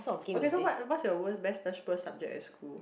okay so what what's your worst best slash worst subject at school